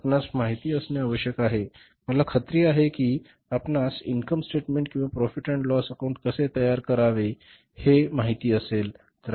आपणास माहित असणे आवश्यक आहे मला खात्री आहे की आपणास इन्कम स्टेटमेंट किंवा प्रोफेट आणि लॉस अकाउंट कसे तयार करावे हे माहित असेल